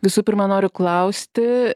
visų pirma noriu klausti